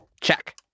Check